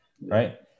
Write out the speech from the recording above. right